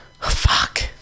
Fuck